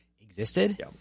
existed